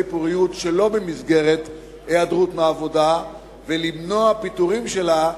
פוריות שלא במסגרת היעדרות מעבודה ולמנוע פיטורים שלה,